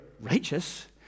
Righteous